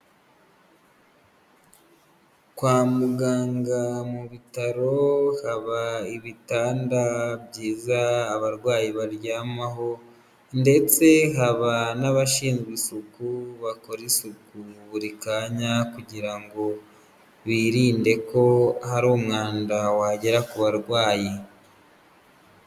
Kwa muganga mu bitaro haba ibitanda byiza abarwayi baryamaho ndetse haba n'abashinzwe isuku bakora isuku buri kanya, kugira ngo birinde ko hari umwanda wagera ku barwayi.